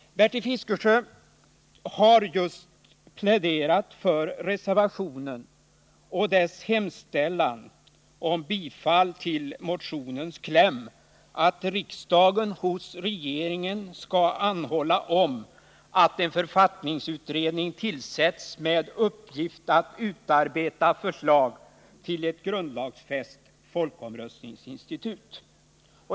Bertil Fiskesjö har just pläderat för reservationen och dess hemställan om bifall till motionens kläm, dvs. ”att riksdagen hos regeringen anhåller att en författningsutredning tillsätts för att ——-— utarbeta förslag till ett grundlagsfäst folkomröstningsinstitut”.